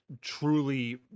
truly